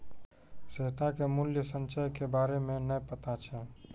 श्वेता के मूल्य संचय के बारे मे नै पता छै